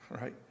right